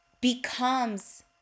becomes